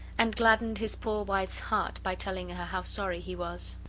and gladdened his poor wife's heart by telling her how sorry he was.